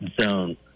zone